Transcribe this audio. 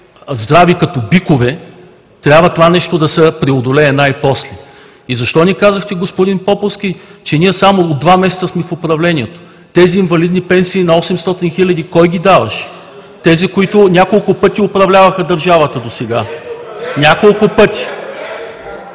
здрави като бикове, трябва това нещо да се преодолее най-после. И защо не казахте, господин Поповски, че ние само от два месеца сме в управлението. Тези инвалидни пенсии на 800 хиляди кой ги даваше? Тези, които няколко пъти управляваха държавата досега. (Реплики от